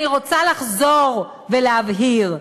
אני רוצה לחזור ולהבהיר: